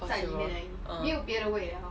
possible uh